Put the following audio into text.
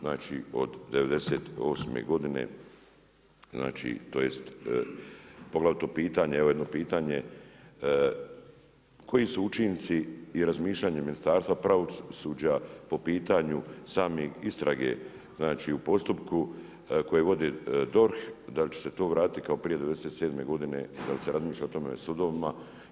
Znači od '98. godine, znači tj. poglavito pitanje, evo jedno pitanje koji su učinci i razmišljanja Ministarstva pravosuđa po pitanju same istrage, znači u postupku koje vode DORH da li će se to vratiti kao prije '97. godine, da li se razmišlja o tome, o sudovima.